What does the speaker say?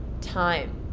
time